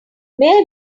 may